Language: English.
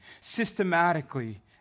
systematically